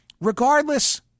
regardless